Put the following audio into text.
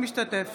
משתתף